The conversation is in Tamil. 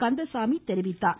கந்தசாமி தெரிவித்தார்